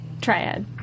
triad